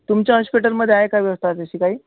तुमच्या हॉश्पिटलमध्ये आहे का व्यवस्था जशी काही